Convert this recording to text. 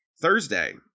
Thursday